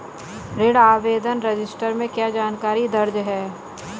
ऋण आवेदन रजिस्टर में क्या जानकारी दर्ज है?